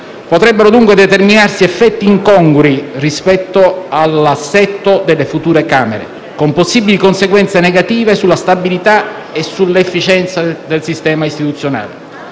Potrebbero dunque determinarsi effetti incongrui rispetto all'assetto delle future Camere, con possibili conseguenze negative sulla stabilità e sull'efficienza del sistema istituzionale.